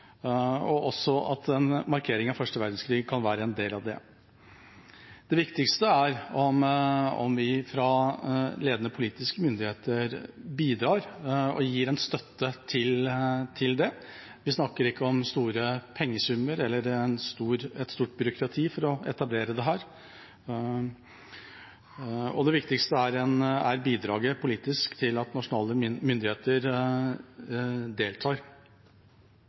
og også at en markering av første verdenskrig kan være en del av den. Det viktigste er om vi fra ledende politiske myndigheters side bidrar og gir en støtte til det. Vi snakker ikke om store pengesummer eller et stort byråkrati for å etablere dette. Det viktigste er bidraget politisk til at nasjonale myndigheter deltar.